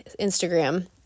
Instagram